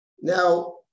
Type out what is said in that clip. Now